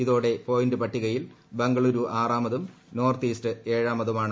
ഇതോടെ പോയിന്റ് പട്ടികയിൽ ബംഗളുരു ആറാമതും നോർത്ത് ഈസ്റ്റ് ഏഴാമതുമാണ്